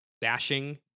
bashing